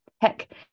Heck